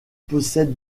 possède